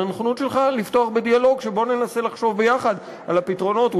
לנכונות שלך לפתוח בדיאלוג שבו ננסה לחשוב יחד על הפתרונות,